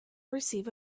receive